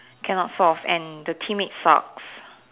cannot solve and the teammate sucks